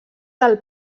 del